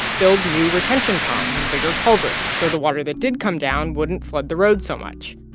build new retention pond and bigger culverts so the water that did come down wouldn't flood the road so much.